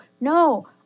no